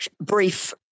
brief